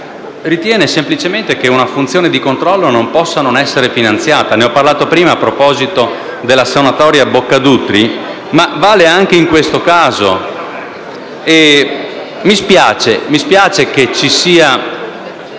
ritiene semplicemente che una funzione di controllo non possa non essere finanziata. Ne ho parlato prima a proposito della sanatoria Boccadutri, ma vale anche in questo caso. Mi spiace che ci sia